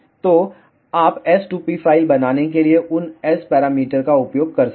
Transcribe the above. तो आप S2p file बनाने के लिए उन S पैरामीटर का उपयोग कर सकते हैं